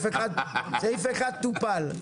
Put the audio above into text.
סעיף 1 טופל.